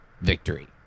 victory